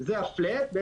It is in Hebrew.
זה ה-flat,